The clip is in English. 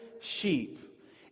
sheep